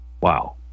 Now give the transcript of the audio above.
Wow